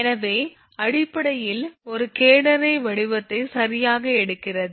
எனவே அடிப்படையில் ஒரு கேடனரி வடிவத்தை சரியாக எடுக்கிறது